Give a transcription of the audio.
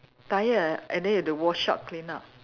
tired ah and then you have to wash up clean up